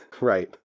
Right